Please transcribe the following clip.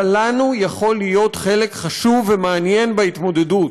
אבל לנו יכול להיות חלק חשוב ומעניין בהתמודדות,